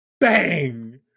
Bang